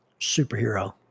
superhero